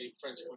french